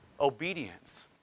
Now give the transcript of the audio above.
Obedience